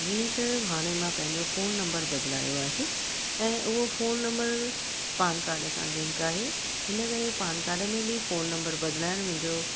जीअं त हाणे मां पंहिंजो फोन नम्बर बदिलायो आहे ऐं उहो फोन नम्बर पान कार्ड सां लिंक आहे हिन करे पान कार्ड में बि फोन नम्बर बदलाइणु मुंहिंजो